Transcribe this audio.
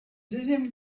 deuxième